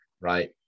right